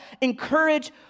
Encourage